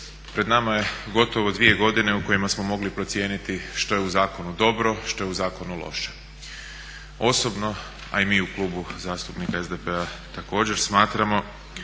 Pred nama je gotovo 2 godine u kojima smo mogli procijeniti što je u zakonu dobro, što je u zakonu loše. Osobno a i mi u Klubu zastupnika SDP-a također smatramo